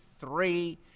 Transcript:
three